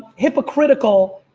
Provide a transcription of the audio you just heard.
hypocritical.